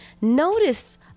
Notice